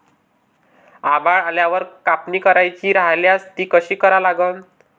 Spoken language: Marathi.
आभाळ आल्यावर कापनी करायची राह्यल्यास ती कशी करा लागन?